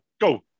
Go